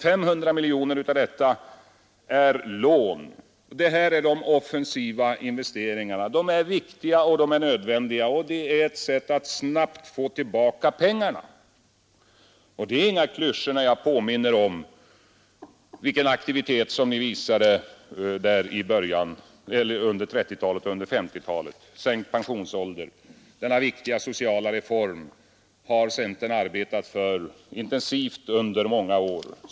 500 miljoner av detta är lån. Det här är de offensiva investeringarna. De är viktiga och nödvändiga, och detta är ett sätt att snabbt få tillbaka pengarna. Det är inga klyschor när jag påminner om vilken aktivitet som ni visade under 1930-talet och under 1950-talet. Sänkt pensionsålder, slutligen. Denna viktiga sociala reform har centern arbetat för intensivt under många år.